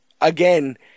again